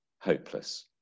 hopeless